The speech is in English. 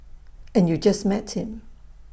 and you just met him